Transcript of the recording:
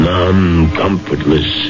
Non-comfortless